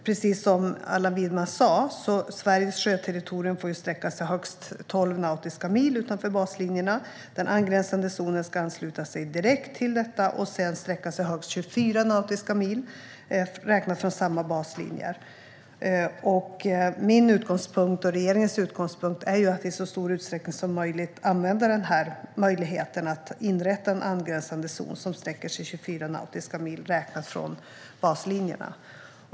Precis som Allan Widman sa får Sveriges sjöterritorium sträcka sig som högst tolv nautiska mil utanför baslinjerna. Den angränsande zonen ska ansluta sig direkt till detta, och sedan sträcka sig högst 24 nautiska mil räknat från samma baslinjer. Min och regeringens utgångspunkt är att vi i så stor utsträckning som möjligt ska använda möjligheten att inrätta en angränsande zon som sträcker sig 24 nautiska mil räknat från baslinjerna.